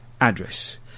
address